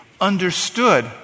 understood